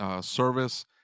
service